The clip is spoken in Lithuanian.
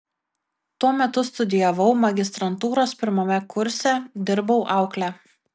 tuo metu studijavau magistrantūros pirmame kurse dirbau aukle